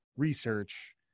research